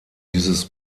dieses